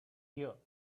here